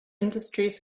industries